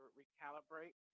recalibrate